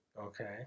Okay